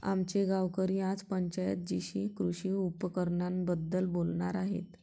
आमचे गावकरी आज पंचायत जीशी कृषी उपकरणांबद्दल बोलणार आहेत